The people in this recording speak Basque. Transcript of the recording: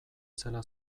zela